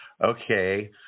okay